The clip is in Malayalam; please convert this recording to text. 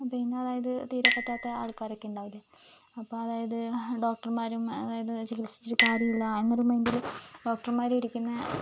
പിന്നെ അതായത് തീര പറ്റാത്ത ആൾക്കാരൊക്കെ ഉണ്ടാവൂല്ലേ അപ്പോൾ അതായത് ഡോക്ടറുമാരും അതായത് ചികിൽസിച്ചിട്ട് കാര്യമില്ല എന്നൊരു മൈൻഡിൽ ഡോക്ടർമാർ ഇരിക്കുന്ന